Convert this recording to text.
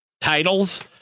titles